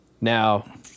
Now